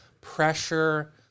pressure